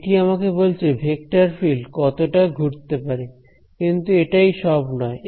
এটি আমাকে বলছে ভেক্টর ফিল্ড কতটা ঘুরতে পারে কিন্তু এটাই সব নয়